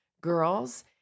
girls